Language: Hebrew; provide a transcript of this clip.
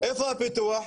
איפה הפיתוח?